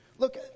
Look